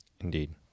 Indeed